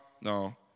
no